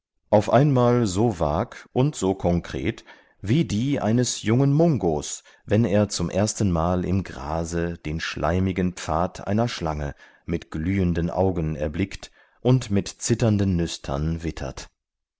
auf einmal so vag und so konkret wie die eines jungen mungos wenn er zum erstenmal im grase den schleimigen pfad einer schlange mit glühenden augen erblickt und mit zitternden nüstern wittert